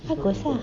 of course lah